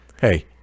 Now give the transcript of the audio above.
hey